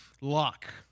lock